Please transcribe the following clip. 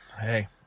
Hey